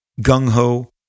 gung-ho